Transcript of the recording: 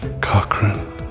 Cochrane